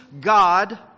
God